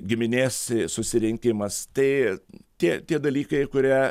giminės susirinkimas tai tie tie dalykai kurie